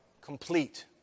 complete